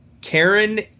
Karen